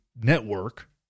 network